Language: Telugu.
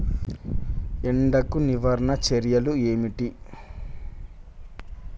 ఎండకు నివారణ చర్యలు ఏమిటి?